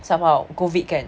somehow COVID kan